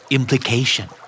Implication